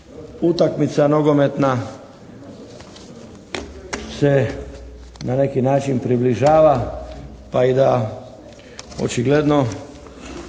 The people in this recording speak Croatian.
utakmica nogometna se na neki način približava pa i da očigledno